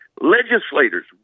legislators